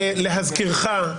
להזכירך,